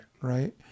right